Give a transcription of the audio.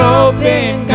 open